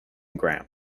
graham